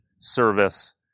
service